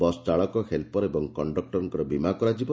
bus ଚାଳକ helper ଏବଂ କଶ୍ତକୁରଙ୍କର ବୀମା କରାଯିବ